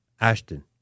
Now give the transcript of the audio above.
Ashton